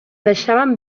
deixaven